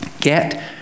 Get